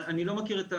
אני לא מכיר,